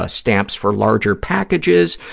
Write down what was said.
ah stamps for larger packages,